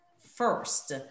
first